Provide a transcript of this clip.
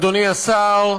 אדוני השר,